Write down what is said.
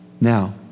Now